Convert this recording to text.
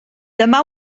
dyma